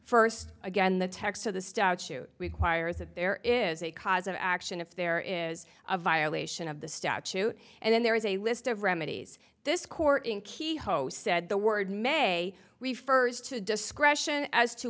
first again the text of the statute requires that there is a cause of action if there is a violation of the statute and then there is a list of remedies this court in key host said the word may we first had discretion as to